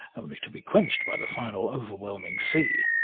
only to be quenched by the final over whelming sea.